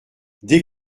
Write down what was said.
dès